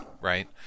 right